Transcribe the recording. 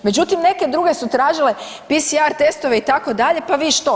Međutim, neke druge su tražile PCA testove itd. pa što?